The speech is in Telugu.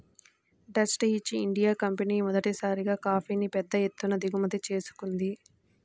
డచ్ ఈస్ట్ ఇండియా కంపెనీ మొదటిసారిగా కాఫీని పెద్ద ఎత్తున దిగుమతి చేసుకుంది